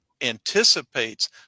anticipates